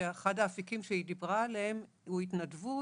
שאחד האפיקים שהיא דיברה עליהם הוא התנדבות